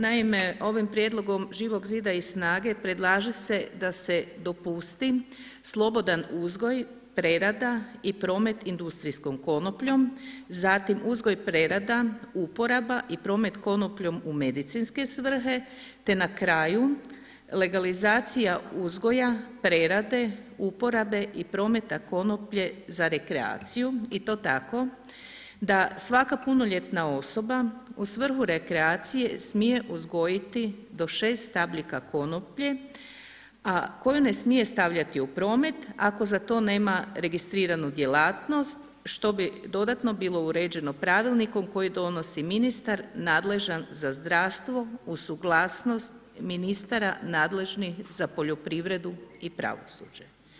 Naime, ovim prijedlogom Živog zida i SNAGA-e predlaže se da se dopusti slobodan uzgoj, prerada i promet industrijskom konopljom, zatim uzgoj, prerada, uporaba i promet konopljom u medicinske svrhe te na kraju legalizacija uzgoja, prerade, uporabe i prometa konoplje za rekreaciju i to tako da svaka punoljetna osoba u svrhu rekreacije smije uzgojiti do 6 stabiljka konoplje, a koje ne smije stavljati u promet ako za to nema registriranu djelatnost, što bi dodatno bilo uređeno pravilnikom koji donosi ministar nadležan za zdravstvo uz suglasnost ministara nadležnih za poljoprivredu i pravosuđe.